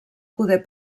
poder